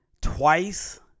twice